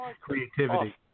Creativity